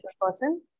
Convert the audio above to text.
person